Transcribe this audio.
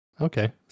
Okay